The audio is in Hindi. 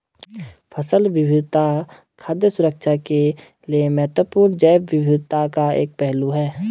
फसल विविधता खाद्य सुरक्षा के लिए महत्वपूर्ण जैव विविधता का एक पहलू है